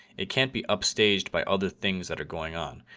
it can't be upstaged by other things that are going on.